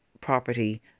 property